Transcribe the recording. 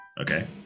okay